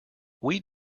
wheat